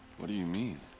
what do you mean?